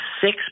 six